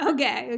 Okay